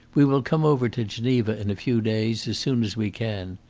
we will come over to geneva in a few days, as soon as we can.